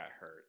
hurt